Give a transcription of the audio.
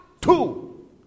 two